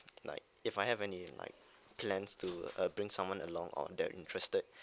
like if I have any like plans to uh bring someone along or they're interested